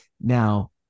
Now